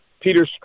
Peter